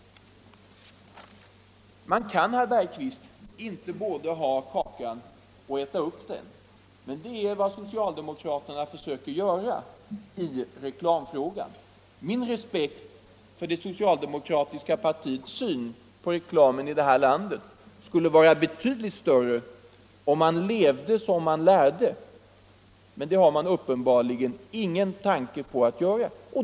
Man kan inte både äta upp kakan och ha den kvar, herr Bergqvist. Men det är vad socialdemokraterna försöker göra i reklamfrågan. Min respekt för det socialdemokratiska partiets syn på reklamen i det här landet skulle vara betydligt större om man levde som man lärde. Men det har man uppenbarligen ingen tanke på att göra.